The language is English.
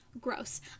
gross